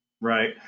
Right